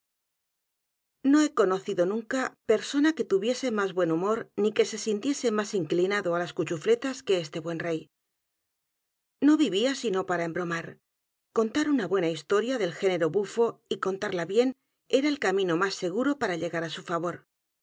no he conocido nunca persona que tuviese más buen humor ni que se sintiese más inclinado á las cuchufletas que este buen rey no vivía sino para embromar contar u n a buena historia del género bufo y contarla bien era el camino más seguro para llegar á su favor